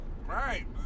Right